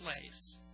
place